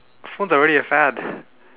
phones are already a fad